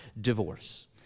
divorce